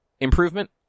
improvement